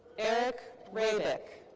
erik raibick.